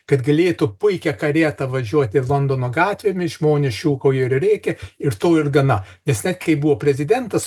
kad galėtų puikia karieta važiuoti londono gatvėmis žmonės šūkauja ir rėkia ir to ir gana jis net kai buvo prezidentas